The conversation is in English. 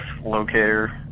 locator